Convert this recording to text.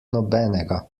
nobenega